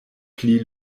pli